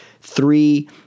three